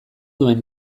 duen